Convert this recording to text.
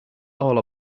all